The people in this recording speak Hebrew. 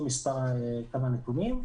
רידינג.